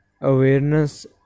awareness